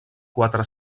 quatre